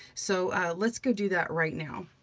so let's go do that right now.